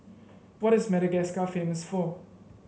what is Madagascar famous for